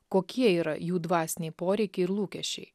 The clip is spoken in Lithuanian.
kokie yra jų dvasiniai poreikiai ir lūkesčiai